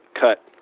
cut